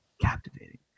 Captivating